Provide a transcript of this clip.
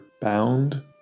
bound